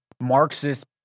Marxist